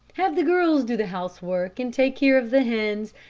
have the girls do the housework, and take care of the hens,